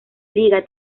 liga